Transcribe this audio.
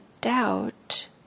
doubt